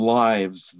lives